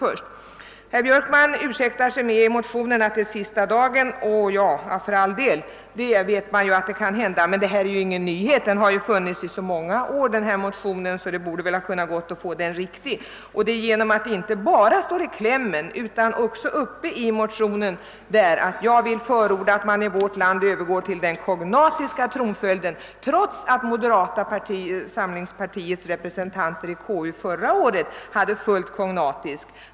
Herr Björkman ursäktade felaktigheterna i motionen med att den väckts sista motionsdagen. Ja, sådana saker kan naturligtvis inträffa. Men detta är ju ingen nyhet — motioner av samma innebörd har väckts under många år. Därför borde det ha varit möjligt att få motionen riktig. Det står ju inte bara i klämmen utan även i motiveringen att motionärerna »vill förorda att man i vårt land övergår till den kognatiska tronföljden». Detta skriver motionären trots att moderata samlingspartiets representanter i <:konstitutionsutskottet förra året förordade full kognatisk tronföljd.